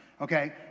okay